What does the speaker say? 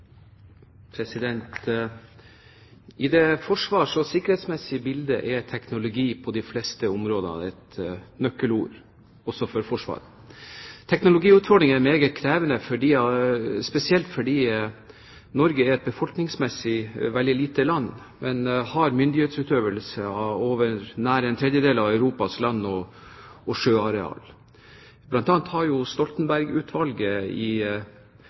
teknologi på de fleste områdene et nøkkelord, også for Forsvaret. Teknologiutfordringene er meget krevende, spesielt fordi Norge er et befolkningsmessig veldig lite land, men har myndighetsutøvelse over nær ⅓ av Vest-Europas land- og sjøareal. Blant annet har jo Stoltenberg-utvalget i